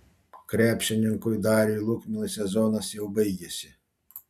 krepšininkui dariui lukminui sezonas jau baigėsi